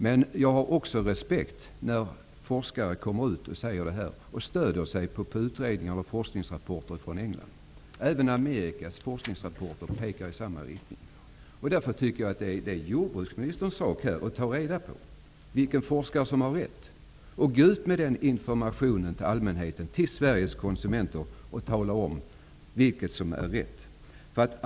Men jag har också respekt för andra forskare, som stödjer sig på utredningar och forskningsrapporter från England. Även amerikanska forskningsrapporter pekar i samma riktning. Därför tycker jag att det är jordbruksministerns sak att ta reda på vilken forskare som har rätt och gå ut till allmänheten, till Sveriges konsumenter, med information om vem som har rätt.